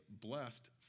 blessed